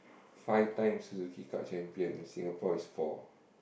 five times Suzuki Cup champion Singapore is four